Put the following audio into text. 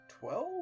Twelve